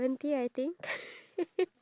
iya true